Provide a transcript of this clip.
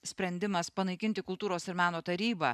sprendimas panaikinti kultūros ir meno tarybą